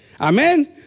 Amen